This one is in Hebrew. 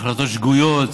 החלטות שגויות